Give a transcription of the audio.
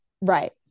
right